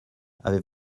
avez